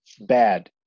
bad